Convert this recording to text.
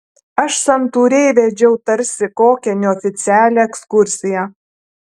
aš santūriai vedžiau tarsi kokią neoficialią ekskursiją